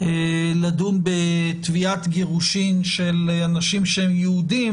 לדון בתביעת גירושין של אנשים שהם יהודים,